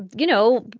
you know,